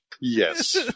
Yes